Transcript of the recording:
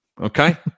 Okay